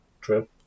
True